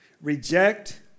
Reject